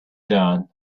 dawn